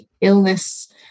illness